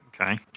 Okay